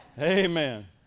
Amen